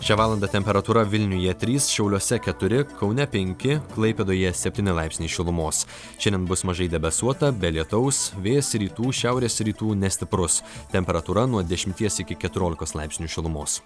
šią valandą temperatūra vilniuje trys šiauliuose keturi kaune penki klaipėdoje septyni laipsniai šilumos šiandien bus mažai debesuota be lietaus vėjas rytų šiaurės rytų nestiprus temperatūra nuo dešimties iki keturiolikos laipsnių šilumos